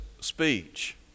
speech